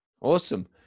awesome